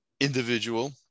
individual